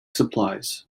supplies